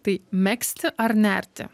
tai megzti ar nerti